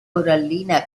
corallina